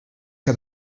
que